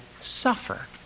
suffer